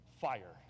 fire